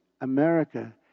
America